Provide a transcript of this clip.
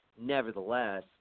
nevertheless